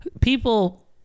people